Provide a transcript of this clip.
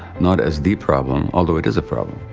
not as the problem although it is a problem,